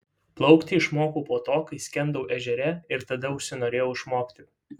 plaukti išmokau po to kai skendau ežere ir tada užsinorėjau išmokti